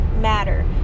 matter